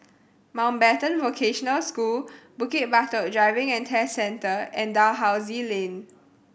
Mountbatten Vocational School Bukit Batok Driving and Test Centre and Dalhousie Lane